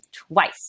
twice